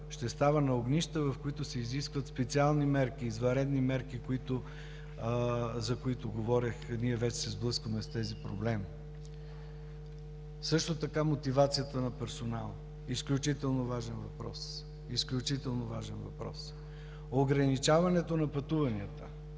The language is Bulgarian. Ще става на огнища, в които си изискват специални мерки, извънредни мерки, за които говорех. Ние вече се сблъскваме с тези проблеми. Също така мотивацията на персонала, изключително важен въпрос. Изключително важен